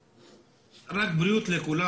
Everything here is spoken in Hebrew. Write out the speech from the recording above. רק בריאות לכולם.